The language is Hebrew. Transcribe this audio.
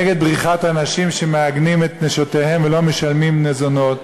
נגד בריחת אנשים שמעגנים את נשותיהם ולא משלמים מזונות,